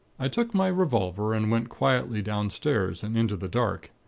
i took my revolver, and went quietly downstairs, and into the dark.